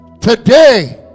today